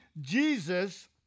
Jesus